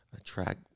attract